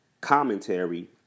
commentary